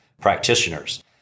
practitioners